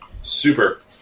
Super